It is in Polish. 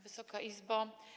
Wysoka Izbo!